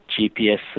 GPS